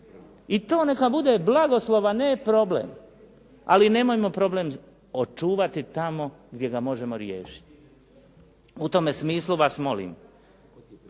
I to neka bude blagoslov, a ne problem, ali nemojmo problem očuvati tamo gdje ga možemo riješiti. U tome smislu vas molim,